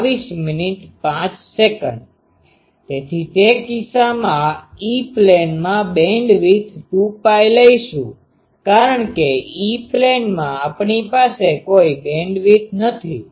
તેથી તે કિસ્સામાં E પ્લેનમાં બેન્ડવિડ્થ 2Π લઈશું કારણ કે E પ્લેનમાં આપણી પાસે કોઈ બેન્ડવિડ્થ નથી